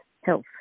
health